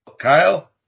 Kyle